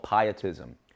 Pietism